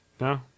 No